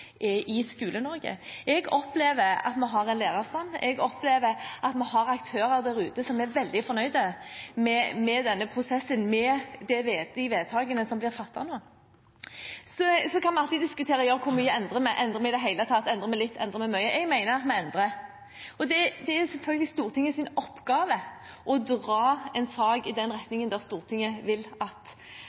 i Skole-Norge. Jeg opplever at vi har en lærerstand, at vi har aktører der ute som er veldig fornøyd med denne prosessen og med de vedtakene som blir fattet nå. Så kan vi alltid diskutere hvor mye vi endrer. Endrer vi i det hele tatt? Endrer vi litt? Endrer vi mye? Jeg mener at vi endrer, og det er selvfølgelig Stortingets oppgave å dra en sak i den retningen som Stortinget vil at